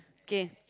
k